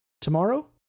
tomorrow